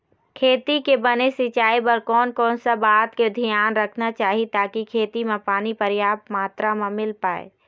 खेती के बने सिचाई बर कोन कौन सा बात के धियान रखना चाही ताकि खेती मा पानी पर्याप्त मात्रा मा मिल पाए?